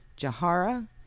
Jahara